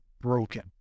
broken